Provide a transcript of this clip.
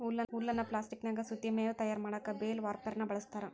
ಹುಲ್ಲನ್ನ ಪ್ಲಾಸ್ಟಿಕನ್ಯಾಗ ಸುತ್ತಿ ಮೇವು ತಯಾರ್ ಮಾಡಕ್ ಬೇಲ್ ವಾರ್ಪೆರ್ನ ಬಳಸ್ತಾರ